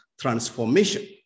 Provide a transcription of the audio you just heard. transformation